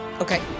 okay